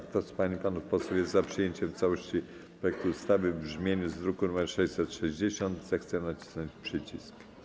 Kto z pań i panów posłów jest za przyjęciem w całości projektu ustawy w brzmieniu z druku nr 660, zechce nacisnąć przycisk.